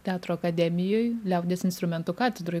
teatro akademijoj liaudies instrumentų katedroj